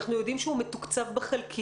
אנחנו יודעים שהוא מתוקצב בחלקית.